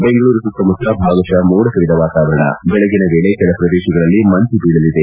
ಬೆಂಗಳೂರು ಸುತ್ತಮುತ್ತ ಭಾಗಶಃ ಮೋಡಕವಿದ ವಾತಾವರಣ ಬೆಳಗಿನ ವೇಳೆ ಕೆಲ ಪ್ರದೇಶಗಳಲ್ಲಿ ಮಂಜು ಬೀಳಲಿದೆ